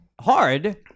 hard